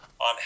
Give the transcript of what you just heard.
on